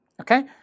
okay